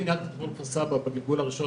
אני ניהלתי את הפועל כפר-סבא בגילגול הראשון,